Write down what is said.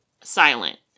silent